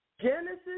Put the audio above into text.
Genesis